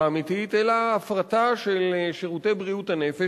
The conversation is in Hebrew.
אמיתית אלא הפרטה של שירותי בריאות הנפש,